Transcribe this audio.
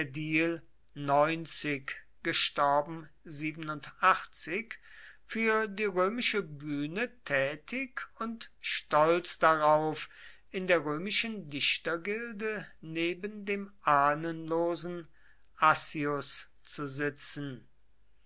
für die römische bühne tätig und stolz darauf in der römischen dichtergilde neben dem ahnenlosen accius zu sitzen